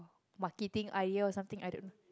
marketing idea or something I don't know